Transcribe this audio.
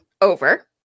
over